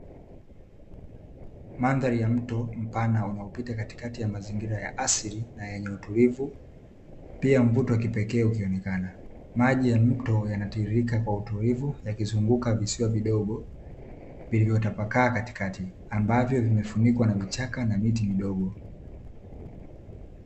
Mandhari ya mto mpana unaopita katikati ya mazingira ya asili na yenye utulivu pia mvuto wa kipekee ukionekana, maji ya mto yanatiririka kwa utulivu yakizunguka visiwa vidogo vilivyotapakaa katikati ambavyo vimefunikwa na vichaka na miti midogo.